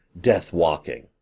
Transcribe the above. death-walking